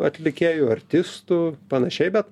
atlikėjų artistų panašiai bet